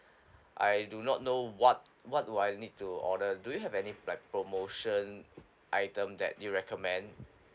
I do not know what what do I need to order do you have any like promotion item that you recommend